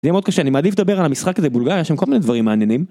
זה מאוד קשה אני מעדיף לדבר על המשחק הזה בולגריה יש שם כל מיני דברים מעניינים.